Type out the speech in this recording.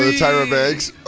ah tyra banks.